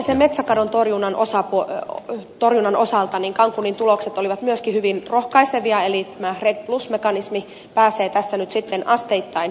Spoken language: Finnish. trooppisen metsäkadon torjunnan osalta cancunin tulokset olivat myöskin hyvin rohkaisevia eli tämä redd plus mekanismi pääsee nyt asteittain käyntiin